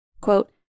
Quote